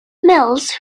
mills